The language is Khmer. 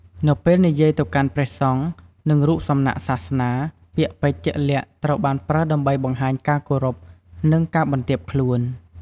នៅពេលនិយាយទៅកាន់ព្រះសង្ឃ និងរូបសំណាកសាសនា ពាក្យពេចន៍ជាក់លាក់ត្រូវបានប្រើដើម្បីបង្ហាញការគោរព និងការបន្ទាបខ្លួន។